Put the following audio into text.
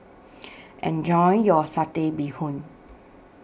Enjoy your Satay Bee Hoon